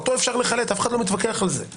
אותו אפשר לחלט אף אחד לא מתווכח על זה.